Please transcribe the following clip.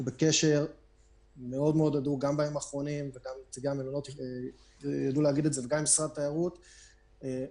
אנחנו בקשר מאוד הדוק גם בימים האחרונים עם משרד התיירות איך